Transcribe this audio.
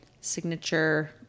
signature